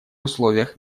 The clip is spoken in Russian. условиях